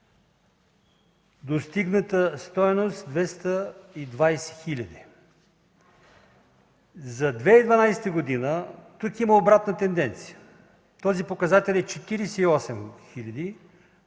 Достигната е стойност – 220 хиляди. За 2012 г. тук има обратна тенденция. Този показател е 48 хиляди.